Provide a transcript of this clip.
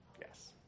Yes